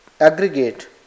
Aggregate